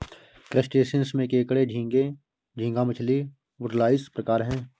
crustaceans में केकड़े झींगे, झींगा मछली, वुडलाइस प्रकार है